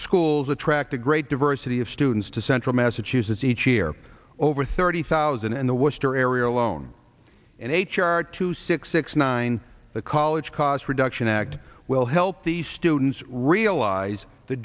schools attract a great diversity of students to central massachusetts each year over thirty thousand in the western area alone and h r two six six nine the college cost reduction act will help the students realize the